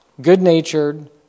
good-natured